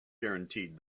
guaranteed